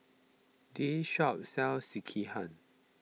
this shop sells Sekihan